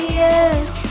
yes